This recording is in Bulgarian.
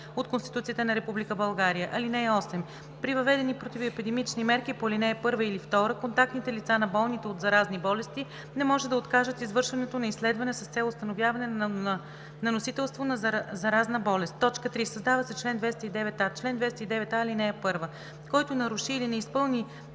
от Конституцията на Република България. (8) При въведени противоепидемични мерки по ал. 1 или 2, контактните лица на болните от заразни болести не може да откажат извършването на изследване с цел установяване на носителство на заразна болест.“ 3. Създава се чл. 209а: „Чл. 209а. (1) Който наруши или не изпълни